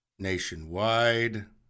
Nationwide